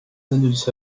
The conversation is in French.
dernières